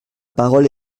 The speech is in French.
parole